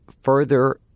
further